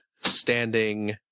standing